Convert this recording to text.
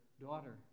Daughter